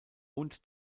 und